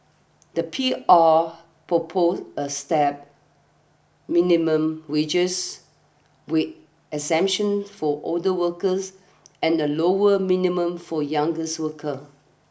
the P R proposed a stepped minimum wages wit exemptions for older workers and a lower minimum for youngest worker